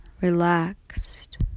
relaxed